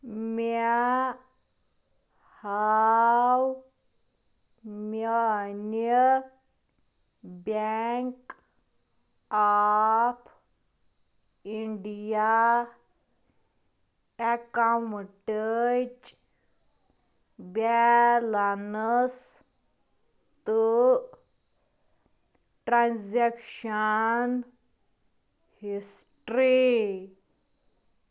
مےٚ ہاو میٛانہِ بیٚنٛک آف انٛڈیا اٮ۪کاونٹٕچ بیلنس تہٕ ٹرٛانزیکشن ہسٹری